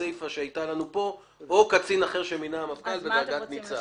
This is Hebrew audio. הסיפה שהייתה לנו כאן "או קצין אחר שמינה המפכ"ל בדרגת ניצב".